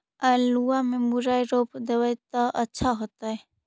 आलुआ में मुरई रोप देबई त अच्छा होतई?